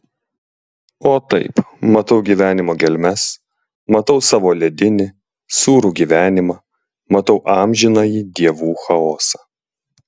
o taip matau gyvenimo gelmes matau savo ledinį sūrų gyvenimą matau amžinąjį dievų chaosą